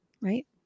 right